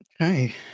Okay